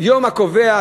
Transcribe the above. על היום הקובע,